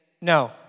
no